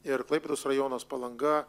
ir klaipėdos rajonas palanga